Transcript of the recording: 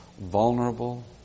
vulnerable